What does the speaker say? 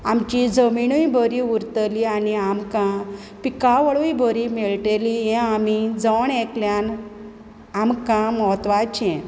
आमची जमिनय बरी उरतली आनी आमकां पिकावळूय बरी मेळटली हें आमी जण एकल्यान आमकां महत्वाचें